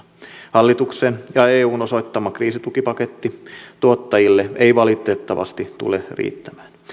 hallituksen ja eun osoittama kriisitukipaketti tuottajille ei valitettavasti tule riittämään